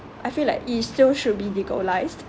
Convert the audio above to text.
I feel like it is still should be legalised